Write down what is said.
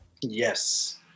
Yes